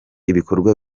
ibikorwa